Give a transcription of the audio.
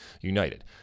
United